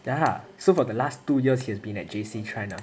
ya so for the last two years he has been at J_C tryna